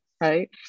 right